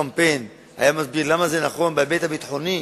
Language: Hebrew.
היה מסביר גם למה זה נכון בהיבט הביטחוני